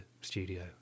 studio